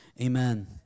amen